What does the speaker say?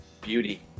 Beauty